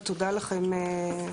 ותודה לכם,